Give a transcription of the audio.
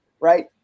right